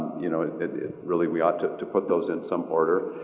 you know, it it really, we ought to to put those in some order.